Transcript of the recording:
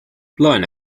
plaan